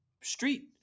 street